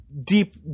deep